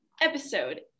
episode